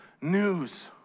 news